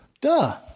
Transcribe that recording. Duh